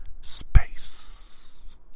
Space